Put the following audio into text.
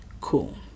Cool